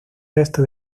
resto